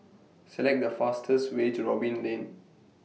Select The fastest Way to Robin Lane